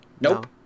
Nope